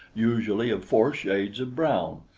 usually of four shades of brown,